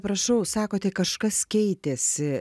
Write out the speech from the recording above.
prašau sakote kažkas keitėsi